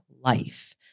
life